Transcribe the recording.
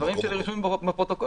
הדברים שלי רשומים בפרוטוקול.